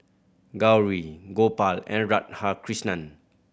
Gauri Gopal and Radhakrishnan